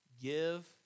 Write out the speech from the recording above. give